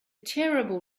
terrible